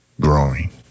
growing